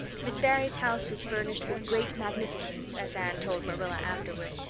miss barry's house was furnished with great magnificence, as anne told marilla afterward.